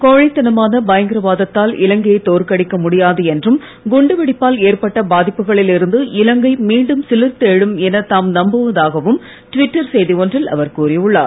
கோழைத்தனமான பயங்கர வாதத்தால் இலங்கையை தோற்கடிக்க முடியாது என்றும் குண்டுவெடிப்பால் ஏற்பட்ட பாதிப்புகளில் இருந்து இலங்கை மீண்டும் சிலிர்த்து எழும் என தாம் நம்புவதாகவும் ட்விட்டர் செய்தி ஒன்றில் அவர் கூறியுள்ளார்